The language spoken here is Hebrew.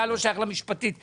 אתה לא שייך למשפטית - להתקדם.